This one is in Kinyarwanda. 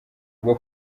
bwo